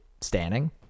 standing